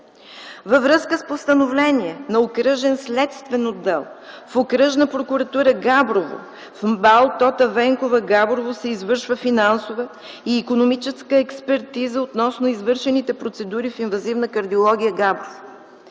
Във връзка с постановление на Окръжен следствен отдел в Окръжна прокуратура – Габрово, в МБАЛ „Д-р Тота Венкова” – Габрово, се извършва финансова и икономическа експертиза относно извършените процедури с инвазивна кардиология – Габрово.